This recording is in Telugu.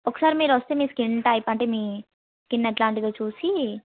ఒకసారి మీరు వస్తే మీ స్కీన్ టైప్ అంటే మీ స్కీన్ ఎట్లాంటిదో చూసి